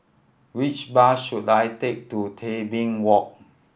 which bus should I take to Tebing Walk